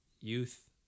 youth